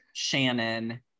Shannon